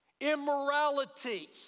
immorality